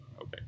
Okay